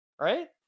Right